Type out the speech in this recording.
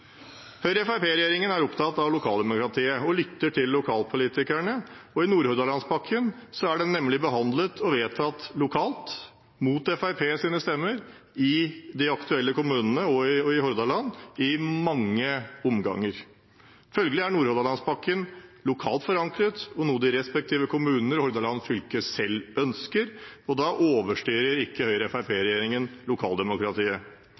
er opptatt av lokaldemokratiet og lytter til lokalpolitikerne. Nordhordlandspakken er nemlig behandlet og vedtatt lokalt – mot Fremskrittspartiets stemmer – i de aktuelle kommunene og i Hordaland, i mange omganger. Følgelig er Nordhordlandspakken lokalt forankret og noe de respektive kommuner og Hordaland fylke selv ønsker, og da overstyrer ikke Høyre–Fremskrittsparti-regjeringen lokaldemokratiet.